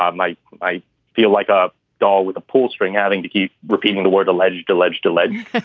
um might i feel like a doll with a pull string having to keep repeating the word alleged, alleged, alleged.